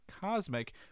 cosmic